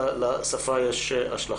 לשפה יש השלכה.